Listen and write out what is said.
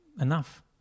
enough